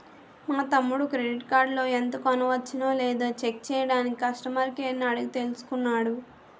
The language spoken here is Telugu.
మా తమ్ముడు క్రెడిట్ కార్డులో ఎంత కొనవచ్చునో లేదో చెక్ చెయ్యడానికి కష్టమర్ కేర్ ని అడిగి తెలుసుకున్నాడు